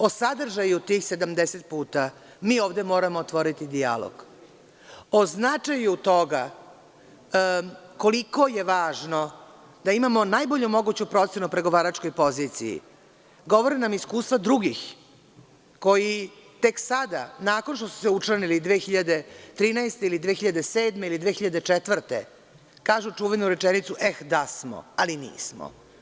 O sadržaju tih 70 puta mi ovde moramo otvoriti dijalog o značaju toga koliko je važno da imamo najbolju moguću procenu o pregovaračkoj poziciji govore nam iskustva drugih koji tek sada nakon što su se učlanili 2013. ili 2007. godine, ili 2004. godine, kažu čuvenu rečenicu – eh da smo, ali nismo.